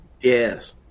Yes